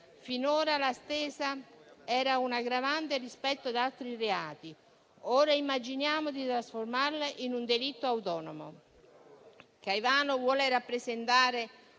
Finora la *stesa* era un'aggravante rispetto ad altri reati, ora immaginiamo di trasformarla in un delitto autonomo. Caivano vuole rappresentare